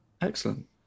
Excellent